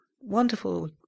wonderful